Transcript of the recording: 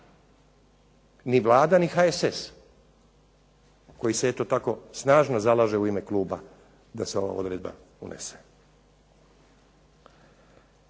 Ni Vlada, ni HSS, koji se eto tako snažno zalaže u ime kluba da se ova odredba unese.